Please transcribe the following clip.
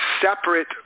separate